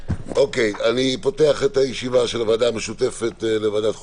אני פותח את הישיבה של הוועדה המשותפת לוועדת החוקה,